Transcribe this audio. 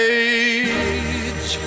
age